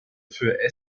für